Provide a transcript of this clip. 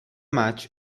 match